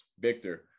Victor